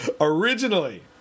Originally